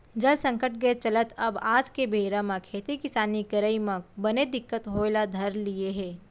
जल संकट के चलत अब आज के बेरा म खेती किसानी करई म बने दिक्कत होय ल धर लिये हे